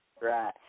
Right